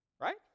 right